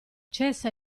cessa